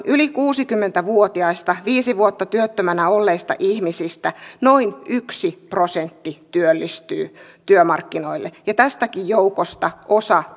yli kuusikymmentä vuotiaista viisi vuotta työttömänä olleista ihmisistä noin yksi prosentti työllistyy työmarkkinoille ja tästäkin joukosta osa